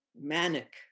manic